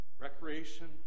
recreation